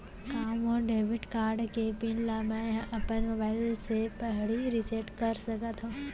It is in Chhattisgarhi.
का मोर डेबिट कारड के पिन ल मैं ह अपन मोबाइल से पड़ही रिसेट कर सकत हो?